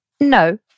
No